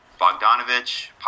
Bogdanovich